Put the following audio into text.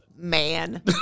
man